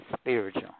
spiritual